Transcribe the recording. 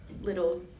little